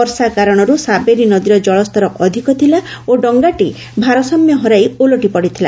ବର୍ଷା କାରଣରୁ ସାବେରୀ ନଦୀର ଜଳସ୍ତର ଅଧିକ ଥିଲା ଓ ଡଙ୍ଗାଟି ଭାରସାମ୍ୟ ହରାଇ ଓଲଟି ପଡ଼ିଥିଲା